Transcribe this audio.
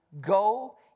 Go